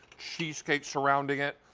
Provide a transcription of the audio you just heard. cheesecake surrounding it.